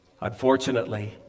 Unfortunately